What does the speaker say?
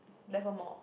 Nevermore